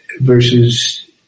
versus